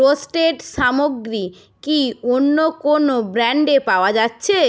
roasted সামগ্রী কি অন্য কোনো ব্র্যান্ডে পাওয়া যাচ্ছে